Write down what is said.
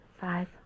Five